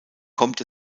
kommt